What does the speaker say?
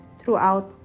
throughout